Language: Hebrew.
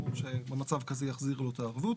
ברור שבמצב כזה יחזירו לו את הערבות.